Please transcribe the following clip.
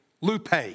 lupe